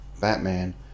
Batman